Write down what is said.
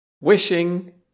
wishing